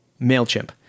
MailChimp